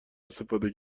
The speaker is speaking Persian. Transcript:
استفاده